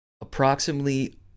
approximately